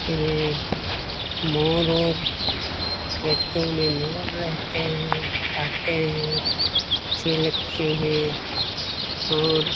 यह मोर ओर खेतों में मोर रहते हैं दिखते हैं अच्छे लगते हैं और